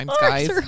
guys